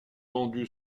vendu